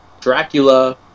Dracula